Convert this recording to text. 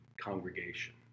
congregation